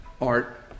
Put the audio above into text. art